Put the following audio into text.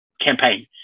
campaign